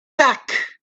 back